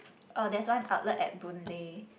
oh there's one outlet at Boon-Lay